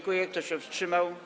Kto się wstrzymał?